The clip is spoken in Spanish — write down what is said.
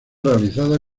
realizada